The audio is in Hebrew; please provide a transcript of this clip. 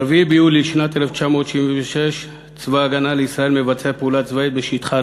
ב-4 ביולי שנת 1976 צבא ההגנה לישראל מבצע פעולה צבאית בשטחה